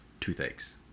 toothaches